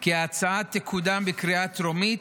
כי ההצעה תקודם בקריאה הטרומית,